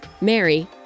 Mary